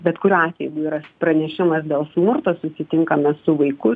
bet kuriuo atveju jeigu yra pranešimas dėl smurto susitinkame su vaiku